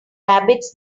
rabbits